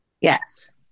Yes